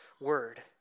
word